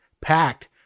packed